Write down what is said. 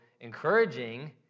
encouraging